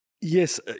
Yes